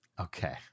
okay